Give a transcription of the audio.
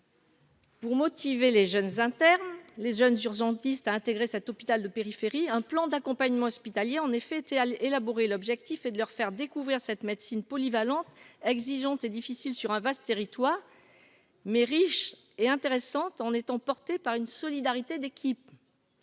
Pour motiver les jeunes Inter les jeunes urgentiste à intégrer cet hôpital de périphérie, un plan d'accompagnement hospitalier, en effet, été élaboré, l'objectif est de leur faire découvrir cette médecine polyvalente exigeante et difficile sur un vaste territoire mais riche et intéressante, on est emporté par une solidarité d'équipe,